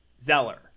Zeller